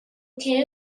cave